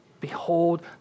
Behold